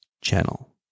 channel